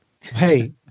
Hey